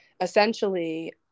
essentially